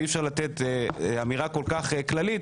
אי אפשר לתת אמירה כל כך כללית,